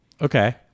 Okay